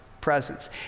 presence